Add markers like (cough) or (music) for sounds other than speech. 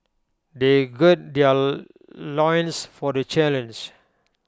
they gird their (hesitation) loins for the challenge